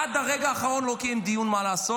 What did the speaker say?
עד הרגע האחרון הוא לא קיים דיון מה לעשות.